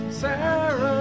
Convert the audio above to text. sarah